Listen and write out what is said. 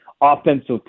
offensive